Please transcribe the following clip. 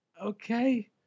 okay